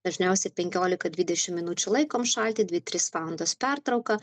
dažniausiai penkiolika dvidešim minučių laikom šaltį dvi trys valandos pertrauka